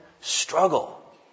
struggle